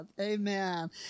Amen